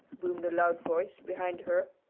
boomed a loud voice behind her,